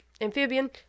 amphibian